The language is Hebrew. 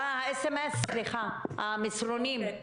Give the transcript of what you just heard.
המסרונים.